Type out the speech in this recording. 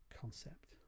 concept